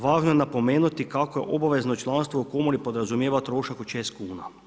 Važno je napomenuti kako obavezno članstvo u komori podrazumijeva trošak od 6 kuna.